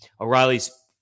O'Reilly's